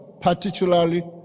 particularly